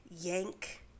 yank